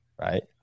right